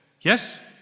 Yes